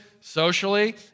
socially